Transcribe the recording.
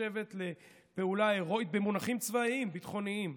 נחשבת לפעולה הירואית במונחים צבאיים, ביטחוניים.